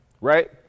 right